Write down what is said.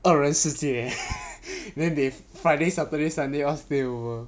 二人世界 then they friday saturday sunday all stay over